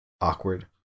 Awkward